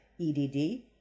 EDD